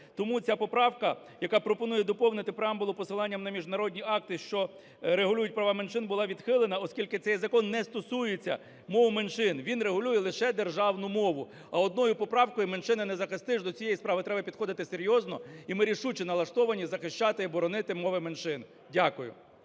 Тому ця поправка, яка пропонує доповнити преамбулу посиланням на міжнародні акти, що регулюються права меншин, була відхилена, оскільки цей закон не стосується мов меншин, він регулює лише державну мову. А одною поправкою меншини не захистиш, до цієї справи треба підходити серйозно, і ми рішуче налаштовані захищати і боронити мови меншин. Дякую.